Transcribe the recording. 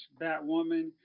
Batwoman